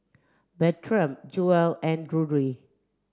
Bertram Jewell and Drury